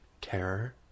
Terror